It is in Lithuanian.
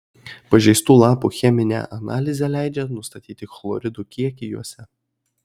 pažeistų lapų cheminė analizė leidžia nustatyti chloridų kiekį juose